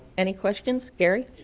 any questions, gary?